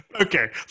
okay